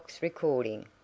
recording